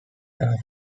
are